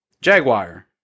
Jaguar